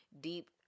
deep